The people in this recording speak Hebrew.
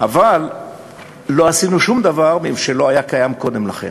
אבל לא עשינו שום דבר שלא היה קיים קודם לכן.